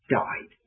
died